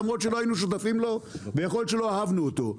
למרות שלא היינו שותפים לו ויכול להיות שלא אהבנו אותו.